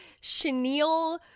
chenille